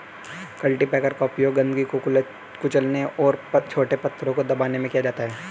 cultipacker का उपयोग गंदगी को कुचलने और छोटे पत्थरों को दबाने में किया जाता है